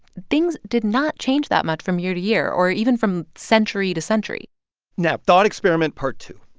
things did not change that much from year to year or even from century to century now thought experiment part two.